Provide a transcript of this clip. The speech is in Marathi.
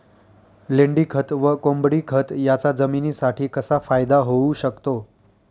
लेंडीखत व कोंबडीखत याचा जमिनीसाठी कसा फायदा होऊ शकतो?